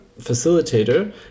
facilitator